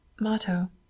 motto